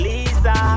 Lisa